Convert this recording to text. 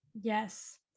Yes